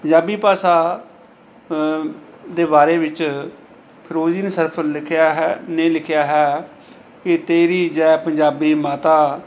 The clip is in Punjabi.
ਪੰਜਾਬੀ ਭਾਸ਼ਾ ਦੇ ਬਾਰੇ ਵਿੱਚ ਫਿਰੋਜ਼ਦੀਨ ਸਰਫ ਨੇ ਲਿਖਿਆ ਹੈ ਨੇ ਲਿਖਿਆ ਹੈ ਕਿ ਤੇਰੀ ਜੈ ਪੰਜਾਬੀ ਮਾਤਾ